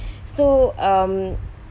so um